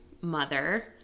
mother